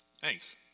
Thanks